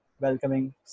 welcoming